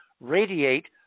radiate